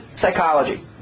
psychology